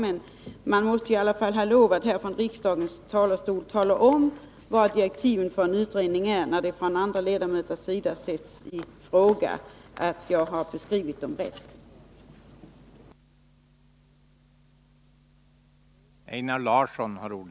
Men man måste i alla fall ha lov att från riksdagens talarstol tala om vilka direktiven för en utredning är, när andra ledamöter sätter i fråga att jag har beskrivit direktiven rätt.